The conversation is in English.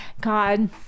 God